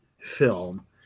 film